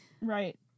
Right